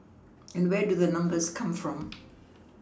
and where do the numbers come from